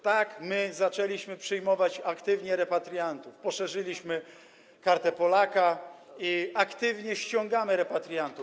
Tak, my zaczęliśmy przyjmować aktywnie repatriantów, poszerzyliśmy Kartę Polaka i aktywnie ściągamy repatriantów.